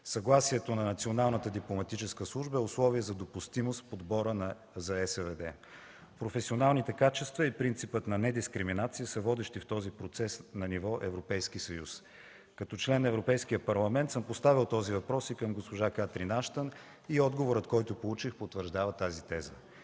Съгласието на националната дипломатическа служба е условие за допустимост в подбора за Европейската служба за външна дейност. Професионалните качества и принципът на недискриминация са водещи в този процес на ниво Европейски съюз. Като член на Европейския парламент съм поставил този въпрос и към госпожа Катрин Аштън и отговорът, който получих, потвърждава тази теза.